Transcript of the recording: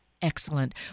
Excellent